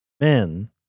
men